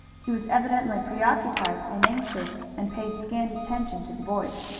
he was evidently preoccupied and anxious and paid scant attention to the boys.